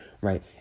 right